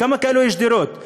כמה דירות כאלה יש?